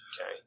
Okay